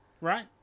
right